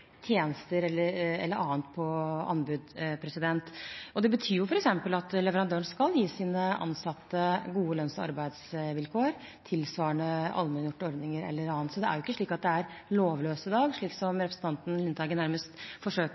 tjenester eller annet på anbud. Det betyr f.eks. at leverandøren skal gi sine ansatte gode lønns- og arbeidsvilkår, tilsvarende allmenngjorte ordninger eller annet. Så det er ikke lovløst i dag, slik som representanten Lundteigen nærmest forsøker